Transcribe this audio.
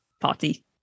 party